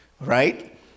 right